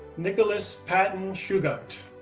nicholas patton shugart,